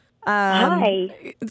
Hi